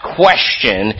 question